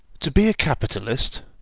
to be a capitalist,